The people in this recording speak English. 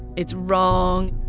it's wrong.